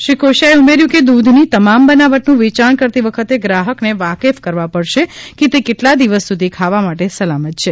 શ્રી કોશિયાએ ઉમેર્યું છે કે દૂધની તમામ બનાવટનું વેચાણ કરતી વખતે ગ્રાહકને વાકેફ કરવા પડશે કે તે કેટલા દિવસ સુધી ખાવા માટે સલામત છે